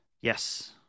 Yes